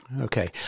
Okay